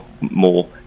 more